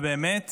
באמת